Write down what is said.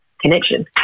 connection